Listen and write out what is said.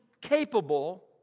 capable